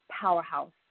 powerhouse